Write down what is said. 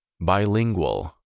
Bilingual